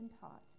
taught